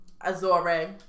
Azore